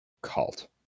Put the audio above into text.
cult